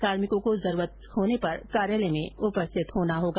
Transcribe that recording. कार्मिको को जरूरत होने पर कार्यालय में उपस्थित होना होगा